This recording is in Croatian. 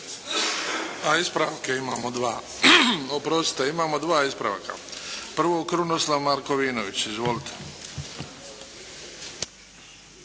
a ispravke imamo dva. Oprostite imamo dva ispravka. Prvo Krunoslav Markovinović. Izvolite.